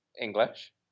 English